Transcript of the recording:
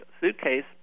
suitcase